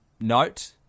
note